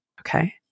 Okay